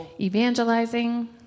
Evangelizing